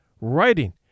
writing